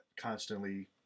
constantly